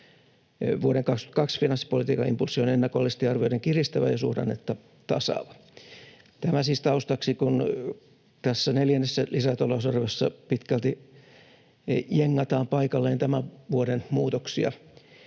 Vuoden 22 finanssipolitiikan impulssi on ennakollisesti arvioiden kiristävä ja suhdannetta tasaava. Tämä siis taustaksi, kun tässä neljännessä lisätalousarviossa pitkälti jengataan paikalleen tämän vuoden muutoksia.